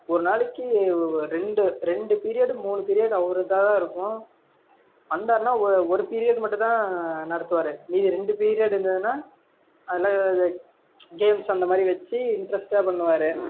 ஒரு நாளைக்கு ரெண்டு ரெண்டு பீரியட் மூணு பீரியட் அவர் இதாக தான் இருக்கும் வந்தாருன்னா ஒரு ஒரு பீரியட் மட்டும்தான் நடத்துவார் மீதி ரெண்டு பீரியட் இருந்ததுன்னா அதெல்லாம் கேம்ஸ் அந்த மாதிரி வெச்சு இன்ட்ரெஸ்ட்டாக பண்ணுவார்